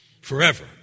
Forever